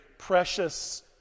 Precious